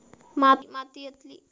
मातीयेतली पोषकद्रव्या कशी सुधारुक होई?